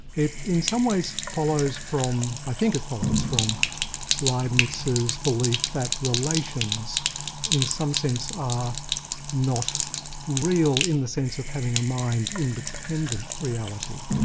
it in some ways follows from i think it follows from leibnitz's belief that relations in some sense are not real in the sense of having a mind independent reality.